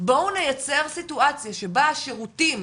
בואו נייצר סיטואציה שבה השירותים